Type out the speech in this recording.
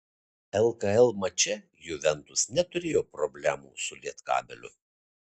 lkl mače juventus neturėjo problemų su lietkabeliu